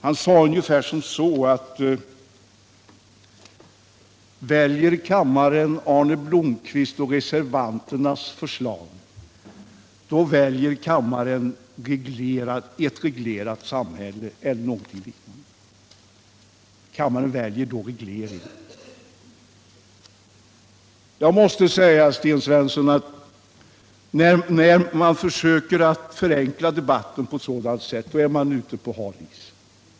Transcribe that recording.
Han sade ungefär som så, att väljer kammaren Arne Blomkvists och reservanternas förslag, då väljer kammaren ett reglerat samhälle — kammaren väljer regleringar. Jag måste säga, Sten Svensson, att när man försöker förenkla debatten på ett sådant sätt är man ute på hal is.